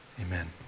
Amen